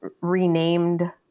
renamed